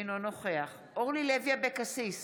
אינו נוכח אורלי לוי אבקסיס,